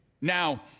Now